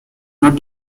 not